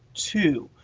two.